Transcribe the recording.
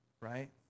Right